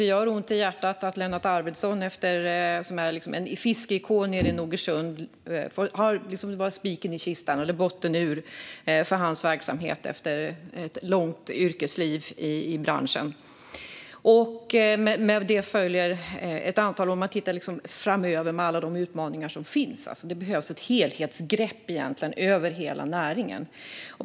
Det gör ont i hjärtat att det efter ett långt yrkesliv i branschen var spiken i kistan eller botten ur för Lennart Arvidsson, som är en fiskeikon nere i Nogersund. Med tanke på alla de utmaningar som finns framöver behövs det ett helhetsgrepp över hela näringen.